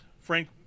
Frank